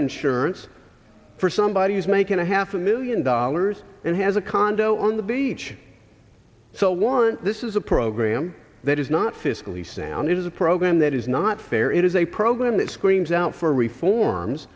insurance for somebody who's making a half a million dollars and has a condo on the beach so while this is a program that is not fiscally sound it is a program that is not fair it is a program that screams out for reforms